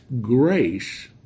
grace